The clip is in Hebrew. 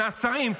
מהשרים,